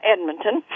Edmonton